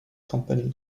company